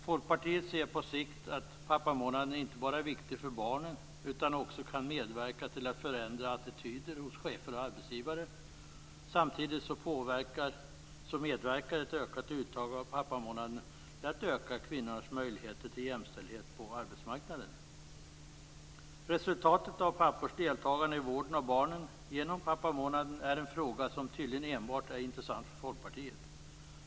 Folkpartiet ser på sikt att pappamånaden inte bara är viktig för barnen utan också kan medverka till att förändra attityder hos chefer och arbetsgivare. Samtidigt medverkar ett ökat uttag av pappamånaden till att öka kvinnors möjligheter till jämställdhet på arbetsmarknaden. Resultatet av pappors deltagande i vården av barnen genom pappamånaden är en fråga som tydligen är intressant enbart för Folkpartiet.